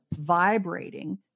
vibrating